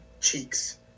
cheeks